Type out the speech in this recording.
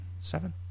Seven